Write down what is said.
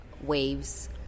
waves